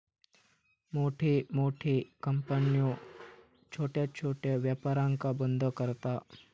मोठमोठे कंपन्यो छोट्या छोट्या व्यापारांका बंद करता